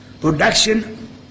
production